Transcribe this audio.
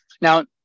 Now